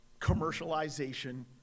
commercialization